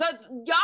Y'all